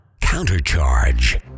Countercharge